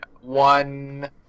one